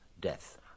death